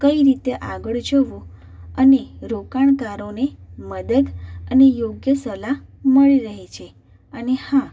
કઈ રીતે આગળ જવું અને રોકાણકારોને મદદ અને યોગ્ય સલાહ મળી રહી છે અને હા